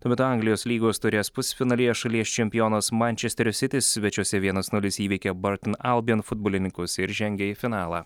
tuo metu anglijos lygos taurės pusfinalyje šalies čempionas mančesterio sitis svečiuose vienas nulis įveikė bartin albien futbolininkus ir žengė į finalą